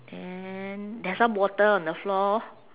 then there's some water on the floor